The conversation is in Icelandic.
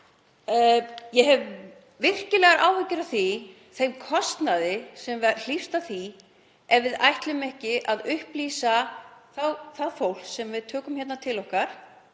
Ég hef virkilegar áhyggjur af þeim kostnaði sem hlýst af því ef við ætlum ekki að upplýsa það fólk sem við tökum hingað til okkar.